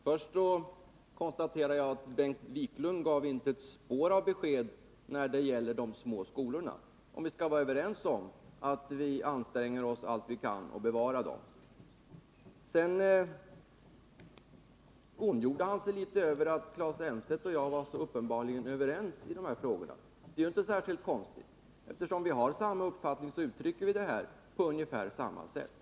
Herr talman! Först konstaterar jag att Bengt Wiklund inte gav ett spår av Besparingar i statsverksamheten, överens om att anstränga oss för att bevara dem.m. m. Bengt Wiklund ondgjorde sig litet över att Claes Elmstedt och jag uppenbarligen var överens i dessa frågor. Men det är ju inte särskilt konstigt. Eftersom vi har samma uppfattning uttrycker vi det här i kammaren på ungefär samma sätt.